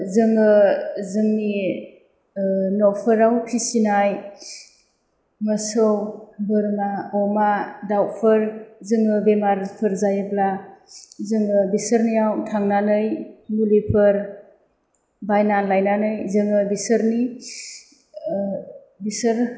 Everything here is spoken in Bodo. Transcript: जोङो जोंनि न'फोराव फिसिनाय मोसौ बोरमा अमा दाउफोर जोङो बेमारफोर जायोब्ला जोङो बिसोरनियाव थांनानै मुलिफोर बायना लायनानै जोङो बिसोरनि बिसोर